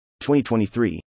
2023